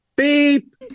beep